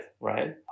right